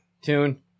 Tune